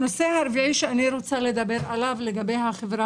הנושא הרביעי שאני רוצה לדבר עליו לגבי החברה